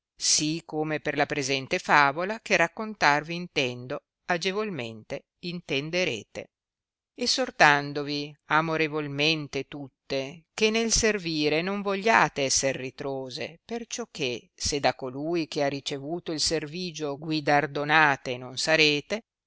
sì come per la presente favola che raccontarvi intendo agevolmente intenderete essortandovi amorevolmente tutte che nel servire non vogliate esser ritrose perciò che se da colui che ha ricevuto il servigio guidardonate non sarete